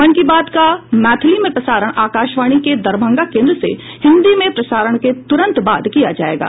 मन की बात का मैथिली में प्रसारण आकाशवाणी के दरभंगा केन्द्र से हिन्दी में प्रसारण के तुरंत बाद किया जायेगा